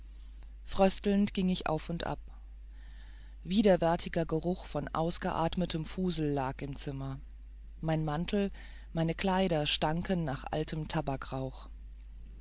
fröstelnd ging ich auf und ab widerwärtiger geruch nach ausgeatmetem fusel lag im zimmer mein mantel meine kleider stanken nach altem